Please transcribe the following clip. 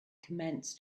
commenced